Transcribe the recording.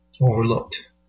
overlooked